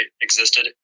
existed